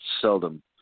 seldom